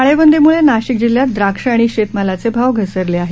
टाळेबंदीमुळे नाशिक जिल्ह्यात द्राक्ष आणि शेतमालाचे भाव घसरले आहेत